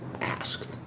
asked